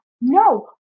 no